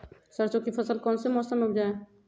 सरसों की फसल कौन से मौसम में उपजाए?